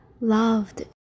loved